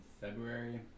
February